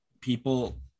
people